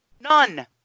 None